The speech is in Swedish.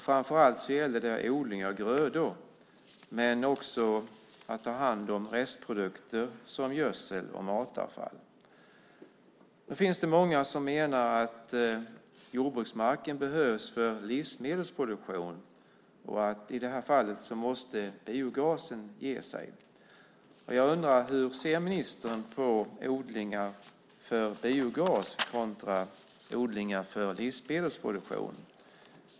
Framför allt gäller det odling av grödor men också möjligheten att ta hand om restprodukter som gödsel och matavfall. Nu finns det många som menar att jordbruksmarken behövs för livsmedelsproduktion och att biogasen i det fallet måste ge sig. Jag undrar hur ministern ser på odlingar för biogas kontra odlingar för livsmedelsproduktion.